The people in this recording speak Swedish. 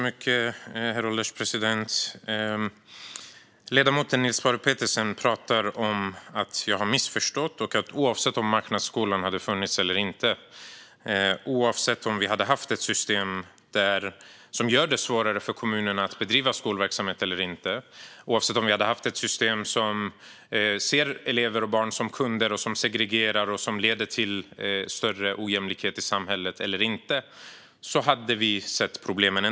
Herr ålderspresident! Ledamoten Niels Paarup-Petersen pratar om att jag har missförstått och att vi hade sett dessa problem oavsett om marknadsskolan hade funnits eller inte, oavsett om vi hade haft ett system som gör det svårare för kommunerna att bedriva skolverksamhet eller inte och oavsett om vi hade haft ett system som ser elever och barn som kunder, som segregerar och som leder till större ojämlikhet i samhället eller inte.